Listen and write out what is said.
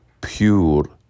pure